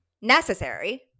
Necessary